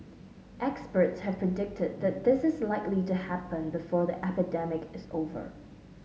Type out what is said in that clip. experts have predicted that this is likely to happen before the epidemic is over